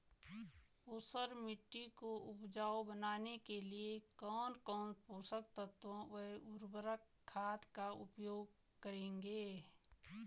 ऊसर मिट्टी को उपजाऊ बनाने के लिए कौन कौन पोषक तत्वों व उर्वरक खाद का उपयोग करेंगे?